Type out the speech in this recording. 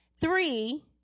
Three